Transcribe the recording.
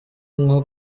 nko